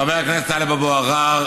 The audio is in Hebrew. חבר הכנסת טלב אבו עראר,